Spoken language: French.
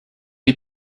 est